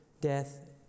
death